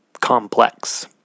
complex